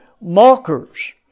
mockers